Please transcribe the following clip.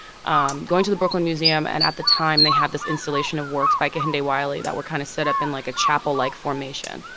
um going to the brooklyn museum, and at the time, they had this installation of works by kehinde wiley that were kind of set up in, like, a chapel-like formation.